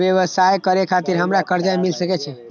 व्यवसाय करे खातिर हमरा कर्जा मिल सके छे?